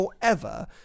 forever